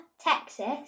Texas